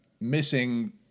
missing